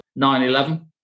9-11